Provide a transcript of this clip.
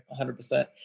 100%